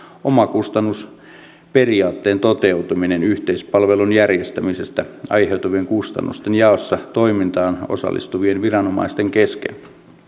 omakustannusperiaatteen toteutuminen yhteispalvelun järjestämisestä aiheutuvien kustannusten jaossa toimintaan osallistuvien viranomaisten kesken